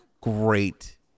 great